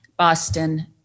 Boston